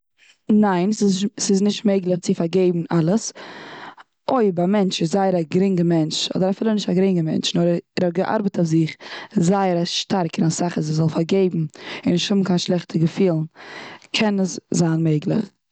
ניין, ס'איז נישט מעגליך צו פארגעבן אלעס. אויב א מענטש איז זייער א גרינגע מענטש, אדער אפילו נישט א גרינגע מענטש, נאר ער האט סתם געארבעט אויף זיך זייער א שטארק, און אסאך אז ער זאל פארגעבן, און נישט האבן קיין שלעכטע געפילן קען עס זיין מעגליך.